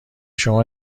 شما